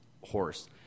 horse